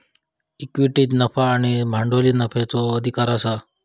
इक्विटीक नफा आणि भांडवली नफ्याचो अधिकार आसा